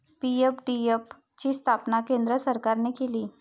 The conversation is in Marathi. पी.एफ.डी.एफ ची स्थापना केंद्र सरकारने केली